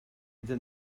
gyda